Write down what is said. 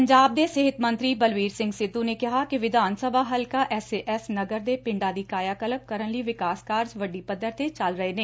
ਪੰਜਾਬ ਦੇ ਸਿਹਤ ਮੰਤਰੀ ਬਲਵੀਰ ਸਿੰਘ ਸਿੱਧੁ ਨੇ ਕਿਹਾ ਕਿ ਵਿਧਾਨ ਸਭਾ ਹਲਕਾ ਐਸ ਏ ਐਸ ਨਗਰ ਦੇ ਪਿੰਡਾਂ ਦੀ ਕਾਇਆ ਕਲਪ ਕਰਨ ਲਈ ਵਿਕਾਸ ਕਾਰਜ ਵੱਡੀ ਪੱਧਰ ਤੇ ਚੱਲ ਰਹੇ ਨੇ